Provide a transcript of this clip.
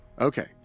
Okay